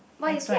next one